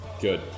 Good